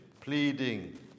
pleading